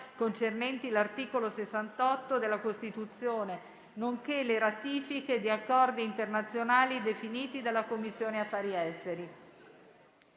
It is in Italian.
concernenti l'articolo 68 della Costituzione nonché le ratifiche di accordi internazionali definite dalla Commissione affari esteri.